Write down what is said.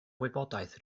wybodaeth